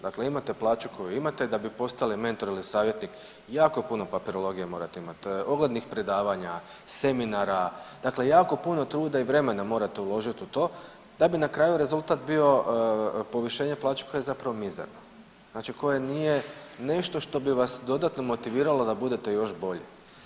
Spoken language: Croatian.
Dakle, imate plaću koju imate da bi postali mentor ili savjetnik jako puno papirologije morate imati, oglednih predavanja, seminara, dakle, jako puno truda i vremena morate uložiti u to da bi na kraju rezultat bio povišenje plaće koja je zapravo mizerna, znači koja nije nešto što bi vas dodatno motiviralo da budete još bolji.